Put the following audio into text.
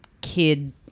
kid